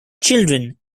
children